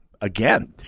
again